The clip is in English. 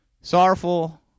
sorrowful